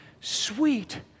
sweet